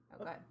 Okay